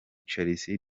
chelsea